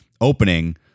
opening